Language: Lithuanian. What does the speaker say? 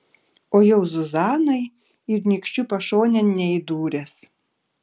o jau zuzanai ir nykščiu pašonėn neįdūręs